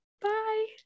bye